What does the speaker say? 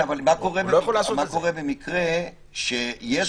מה קורה במקרה שיש